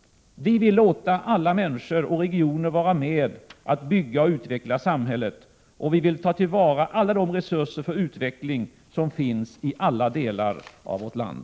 Vi vill låta alla människor och regioner vara med att bygga och utveckla samhället, och vi vill ta till vara alla de resurser för utveckling som finns i alla delar av vårt land.